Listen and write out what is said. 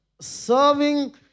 serving